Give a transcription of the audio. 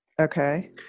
Okay